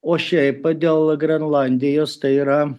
o šiaip dėl grenlandijos tai yra